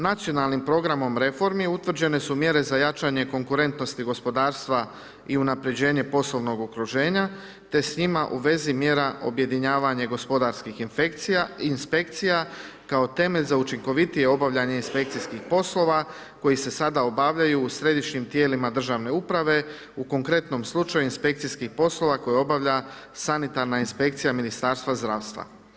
Nacionalnim programom reformi utvrđene su mjere za jačanje konkurentnosti gospodarstva i unapređenje poslovnog okruženja te s njima u vezi mjera objedinjavanje gospodarskih inspekcija kao temelj za učinkovitije obavljanje inspekcijskih po slova koji se sada obavljaju u središnjim tijelima državne uprave u konkretnom slučaju inspekcijskih poslova koje obavlja sanitarna inspekcija Ministarstva zdravstva.